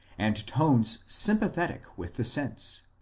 and tones sympathetic with the sense.